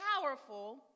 powerful